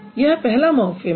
यह पहला मॉर्फ़िम है